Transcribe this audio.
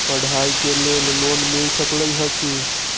पढाई के लेल लोन मिल सकलई ह की?